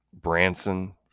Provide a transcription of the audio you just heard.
Branson